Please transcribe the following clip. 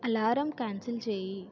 alarm cancel చేయి